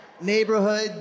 Neighborhood